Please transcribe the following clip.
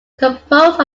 composed